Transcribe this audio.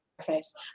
face